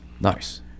Nice